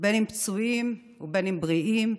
בין אם פצועים ובין אם בריאים,